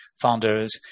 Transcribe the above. founders